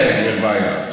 גם בזה תהיה בעיה.